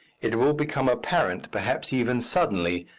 it will become apparent, perhaps even suddenly,